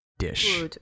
dish